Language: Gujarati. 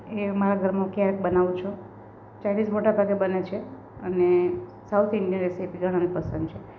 એ મારા ઘરમાં હું ક્યારેક બનાવું છું ચાઈનીઝ મોટાભાગે બને છે અને સાઉથ ઇન્ડિયન રેસીપી તો મને પસંદ છે